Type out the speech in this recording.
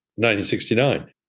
1969